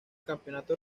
campeonato